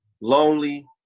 lonely